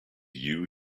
you